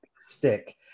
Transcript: stick